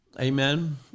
Amen